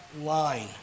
line